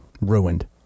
ruined